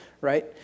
right